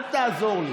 אל תעזור לי.